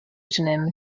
pseudonym